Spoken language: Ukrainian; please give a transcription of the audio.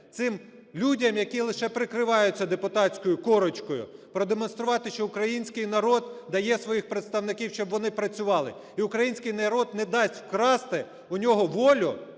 цим людям, які лише прикриваються депутатською корочкою, продемонструвати, що український народ дає своїх представників, щоб вони працювали. І український народ не дасть вкрасти у нього волю